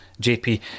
JP